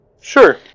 Sure